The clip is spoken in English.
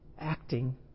Acting